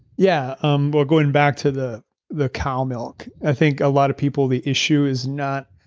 yeah. um we're going back to the the cow milk. i think a lot of people the issue is not.